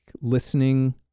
listening